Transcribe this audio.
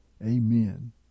Amen